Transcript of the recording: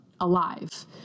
alive